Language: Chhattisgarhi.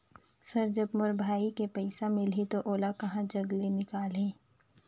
सर जब मोर भाई के पइसा मिलही तो ओला कहा जग ले निकालिही?